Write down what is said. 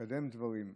לקדם דברים.